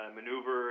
maneuver